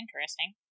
interesting